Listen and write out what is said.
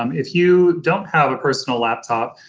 um if you don't have a personal laptop,